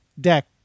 deck